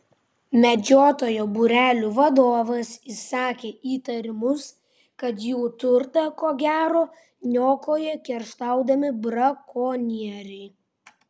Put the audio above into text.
medžiotojų būrelio vadovas išsakė įtarimus kad jų turtą ko gero niokoja kerštaudami brakonieriai